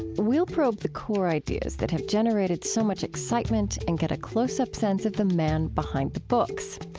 we'll probe the core ideas that have generated so much excitement and get a close-up sense of the man behind the books.